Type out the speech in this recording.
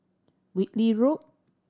Whitley Road